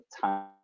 time